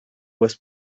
was